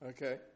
Okay